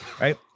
Right